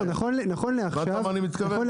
הבנת למה אני מתכוון?